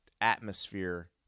atmosphere